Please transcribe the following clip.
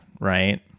Right